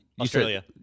Australia